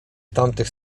tamtych